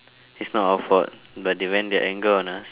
it's not our fault but they vent their anger on us